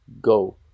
go